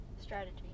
strategy